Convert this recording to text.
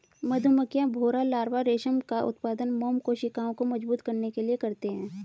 मधुमक्खियां, भौंरा लार्वा रेशम का उत्पादन मोम कोशिकाओं को मजबूत करने के लिए करते हैं